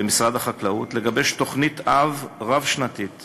במשרד החקלאות לגבש תוכנית-אב רב-שנתית